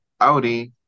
Audi